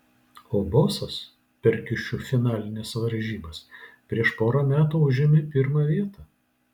o bosas per kiušiu finalines varžybas prieš porą metų užėmė pirmą vietą